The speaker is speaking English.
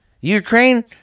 Ukraine